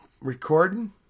recording